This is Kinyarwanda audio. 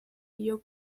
iyo